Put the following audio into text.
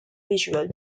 visual